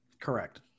Correct